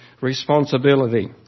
responsibility